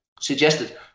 suggested